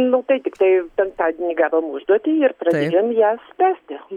nu tai tiktai penktadienį gavome užduotį ir pradėjom ją spręsti